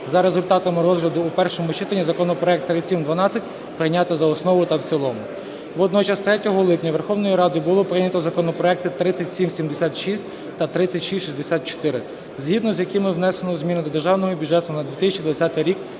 за результатами розгляду у першому читанні законопроект 3712 прийняти за основу та в цілому. Водночас 3 липня Верховною Радою були прийнято законопроекти 3776 та 3664, згідно з якими внесено зміни до Державного бюджету на 2020 рік